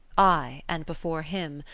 ay, and before him,